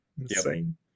insane